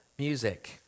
music